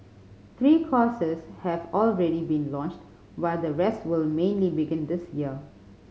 three courses have already been launched while the rest will mainly begin this year